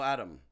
Adam